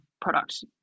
product